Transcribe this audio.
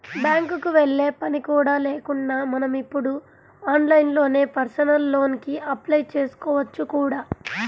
బ్యాంకుకి వెళ్ళే పని కూడా లేకుండా మనం ఇప్పుడు ఆన్లైన్లోనే పర్సనల్ లోన్ కి అప్లై చేసుకోవచ్చు కూడా